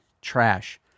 Trash